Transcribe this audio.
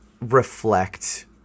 reflect